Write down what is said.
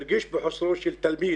הוא הרגיש בחוסרו של תלמיד